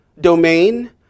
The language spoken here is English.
domain